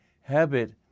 habit